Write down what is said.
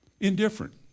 indifferent